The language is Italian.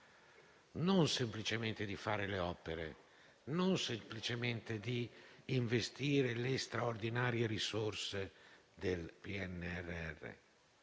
non semplicemente di fare le opere, non semplicemente di investire le straordinarie risorse contenute